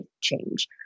change